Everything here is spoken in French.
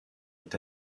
est